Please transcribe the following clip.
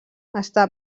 està